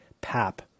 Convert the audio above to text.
pap